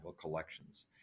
collections